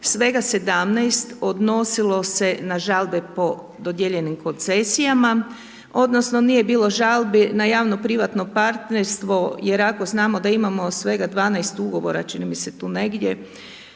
svega 17 odnosilo se na žalbe po dodijeljenim koncesijama, odnosno nije bilo žalbi na javno privatno partnerstvo jer ako znamo da imamo svega 12 ugovora, čini mi se tu negdje,